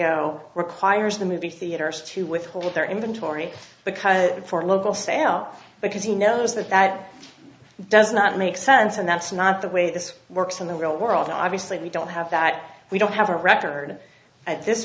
go requires the movie theaters to withhold their inventory because for local sales because he knows that that does not make sense and that's not the way this works in the real world obviously we don't have that we don't have a record at this